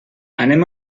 anem